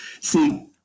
See